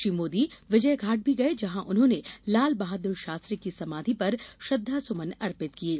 श्री मोदी विजय घाट भी गये जहां उन्होंने लाल बहादुर शास्त्री की समाधि पर श्रद्वासुमन अर्पित किये